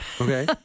Okay